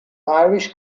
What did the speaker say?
irish